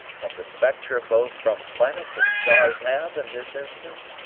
but the spectra both from planets and stars have, in this instance,